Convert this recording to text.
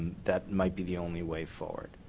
that might be the only way forward.